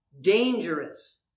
Dangerous